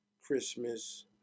Christmas